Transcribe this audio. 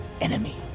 enemy